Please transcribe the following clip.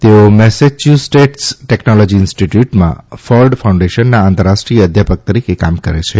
તેઓ Massachusetts technology ઇન્સ્ટીટ્યુટમાં Ford ફાઉન્ડેશનના આંતરરાષ્ટ્રીય અધ્યાપક તરીકે કામ કરે છે